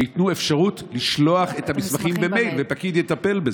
שייתנו אפשרות לשלוח את המסמכים במייל ופקיד יטפל בזה.